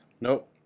Nope